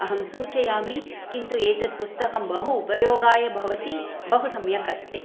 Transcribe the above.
अहं सूचयामि किन्तु एतद् पुस्तकं बहु उपयोगाय भवति बहु सम्यक् अस्ति